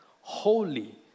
holy